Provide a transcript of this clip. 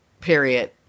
period